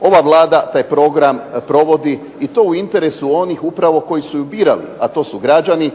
ova vlada taj program provodi i to u interesu onih upravo koji su ih birali a to su građani,